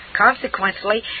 Consequently